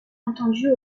entendus